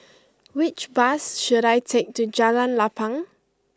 which bus should I take to Jalan Lapang